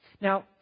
Now